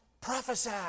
Prophesy